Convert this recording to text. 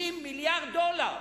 50 מיליארד דולר.